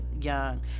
young